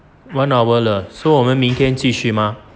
one hour liao so 我们明天继续吗